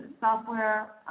software